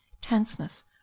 tenseness